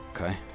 Okay